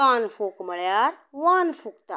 कान फूंक म्हळ्यार वान फुंकता